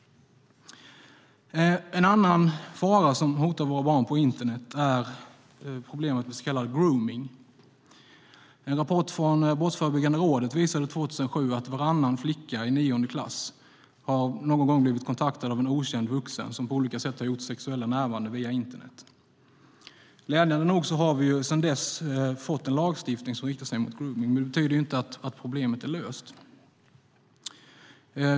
En annan fara som hotar våra barn på internet är problemet med så kallad gromning. En rapport från Brottsförebyggande rådet 2007 visade att varannan flicka i nionde klass någon gång hade blivit kontaktad av en okänd vuxen som på olika sätt hade gjort sexuella närmanden via internet. Glädjande nog har vi sedan dess fått en lagstiftning som riktar sig mot gromning, men det betyder inte att problemet är löst.